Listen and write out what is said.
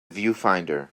viewfinder